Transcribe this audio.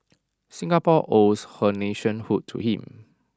Singapore owes her nationhood to him